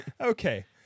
Okay